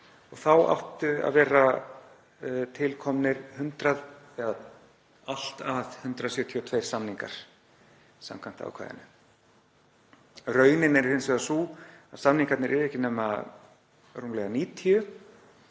Þá áttu að vera til komnir allt að 172 samningar samkvæmt ákvæðinu. Raunin er hins vegar sú að samningarnir eru ekki nema rúmlega 90